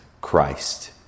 Christ